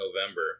November